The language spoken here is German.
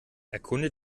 erkunde